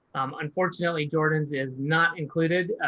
unfortunately, jordans is not included.